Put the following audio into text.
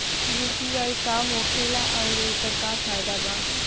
UPI का होखेला आउर एकर का फायदा बा?